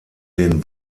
den